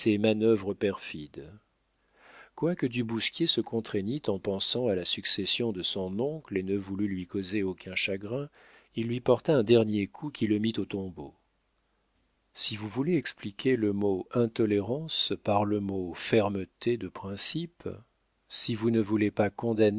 manœuvres perfides quoique du bousquier se contraignît en pensant à la succession de son oncle et ne voulût lui causer aucun chagrin il lui porta un dernier coup qui le mit au tombeau si vous voulez expliquer le mot intolérance par le mot fermeté de principes si vous ne voulez pas condamner